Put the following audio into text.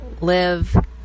live